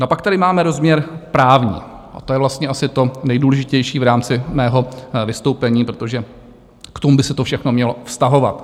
A pak tady máme rozměr právní a to je vlastně asi to nejdůležitější v rámci mého vystoupení, protože k tomu by se to všechno mělo vztahovat.